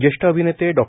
ज्येष्ठ अभिनेते डॉ